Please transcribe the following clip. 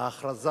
ההכרזה